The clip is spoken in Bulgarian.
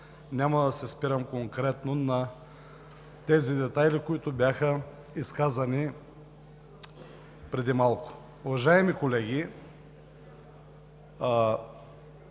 няма да се спирам конкретно на детайлите, които бяха изказани преди малко. Уважаеми колеги,